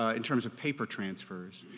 ah in terms of paper transfers.